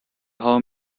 how